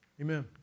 Amen